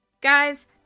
guys